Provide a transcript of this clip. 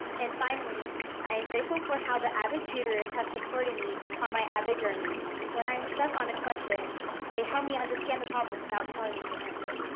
and finally i am grateful for how the avid tutors have supported me on my avid journey when i'm stuck on a question they helped me understand the problem without telling me the answer